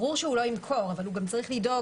ברור שהוא לא ימכור אבל הוא גם צריך לדאוג